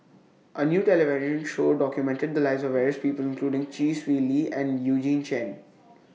A New television Show documented The Lives of various People including Chee Swee Lee and Eugene Chen